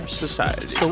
society